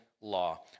law